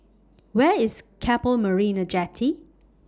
Where IS Keppel Marina Jetty